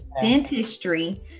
dentistry